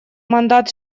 мандат